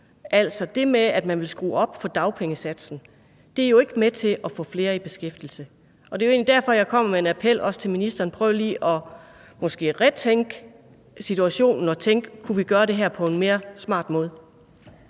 Altså, det med, at man vil skrue op for dagpengesatsen, er jo ikke med til at få flere i beskæftigelse, og det er egentlig derfor, jeg kommer med en appel til ministeren om måske lige at prøve at gentænke situationenen og tænke på, om vi kunne gøre det her på en mere smart måde.